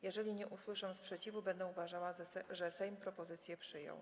Jeżeli nie usłyszę sprzeciwu, będę uważała, że Sejm propozycję przyjął.